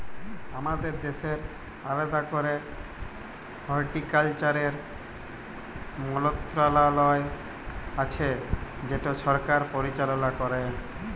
আমাদের দ্যাশের আলেদা ক্যরে হর্টিকালচারের মলত্রলালয় আছে যেট সরকার পরিচাললা ক্যরে